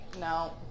no